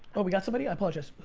oh, we got somebody, i apologize.